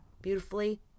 beautifully